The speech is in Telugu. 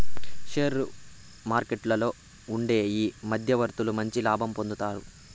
షేర్ల మార్కెట్లలో ఉండే ఈ మధ్యవర్తులు మంచి లాభం పొందుతారు